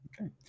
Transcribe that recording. Okay